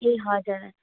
ए हजुर